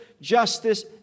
justice